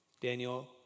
Daniel